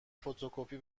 فتوکپی